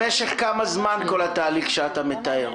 במשך כמה זמן כל התהליך שאתה מתאר,